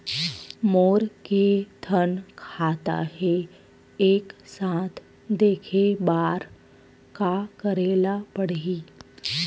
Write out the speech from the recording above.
मोर के थन खाता हे एक साथ देखे बार का करेला पढ़ही?